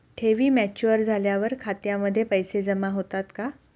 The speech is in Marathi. ठेवी मॅच्युअर झाल्यावर खात्यामध्ये पैसे जमा होतात का?